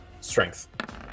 strength